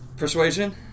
Persuasion